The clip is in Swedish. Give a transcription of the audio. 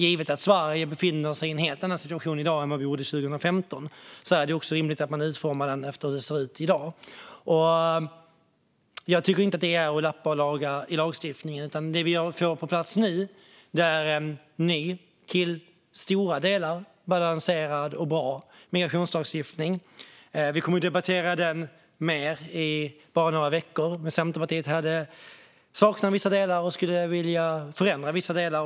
Givet att Sverige befinner sig i en helt annan situation i dag än 2015 är det rimligt att man utformar den efter hur det ser ut i dag. Jag tycker inte att detta är att lappa och laga i lagstiftningen. Det vi får på plats nu är en ny, till stora delar balanserad och bra migrationslagstiftning. Vi kommer att debattera den mer om bara några veckor. Centerpartiet saknar vissa delar och skulle vilja förändra vissa delar.